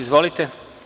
Izvolite.